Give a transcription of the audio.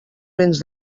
béns